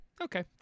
Okay